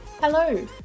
Hello